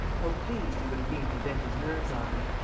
how pleased he would have been to vent his nerves on them!